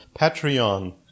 patreon